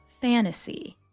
fantasy